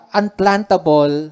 unplantable